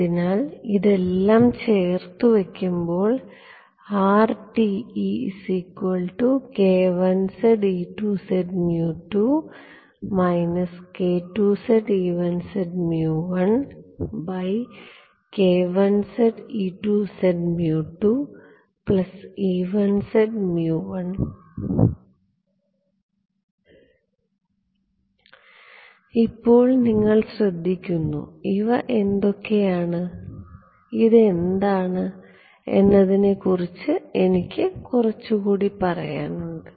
അതിനാൽ ഇതെല്ലാം ചേർത്തു വയ്ക്കുമ്പോൾ ഇപ്പോൾ നിങ്ങൾ ശ്രദ്ധിക്കുന്നു ഇവ എന്തൊക്കെയാണ് ഇത് എന്താണ് എന്നതിനെക്കുറിച്ച് എനിക്ക് കുറച്ചുകൂടി പറയേണ്ടതുണ്ട്